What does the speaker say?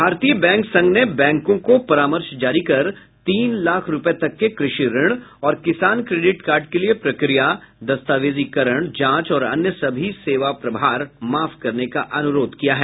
भारतीय बैंक संघ ने बैंकों को परामर्श जारी कर तीन लाख रूपये तक के कृषि ऋण और किसान क्रेडिट कार्ड के लिए प्रक्रिया दस्तावेजीकरण जांच और अन्य सभी सेवा प्रभार माफ करने का अनुरोध किया है